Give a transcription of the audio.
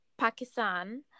Pakistan